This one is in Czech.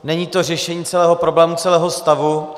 Není to řešení celého problému, celého stavu.